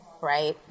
Right